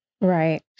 Right